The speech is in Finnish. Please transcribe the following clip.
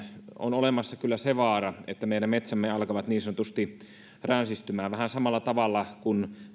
on olemassa kyllä se vaara että meidän metsämme alkavat niin sanotusti ränsistymään vähän samalla tavalla kuin